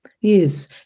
Yes